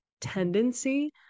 tendency